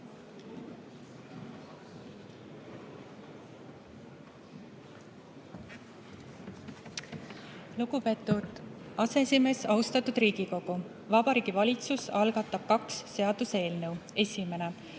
Lugupeetud aseesimees! Austatud Riigikogu! Vabariigi Valitsus algatab kaks seaduseelnõu. Esimene,